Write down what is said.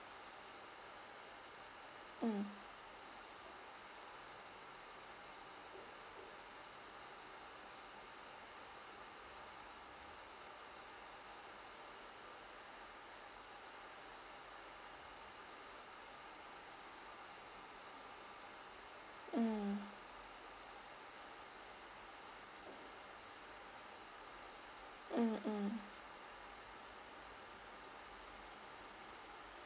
mm mm mm mm